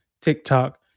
TikTok